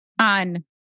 on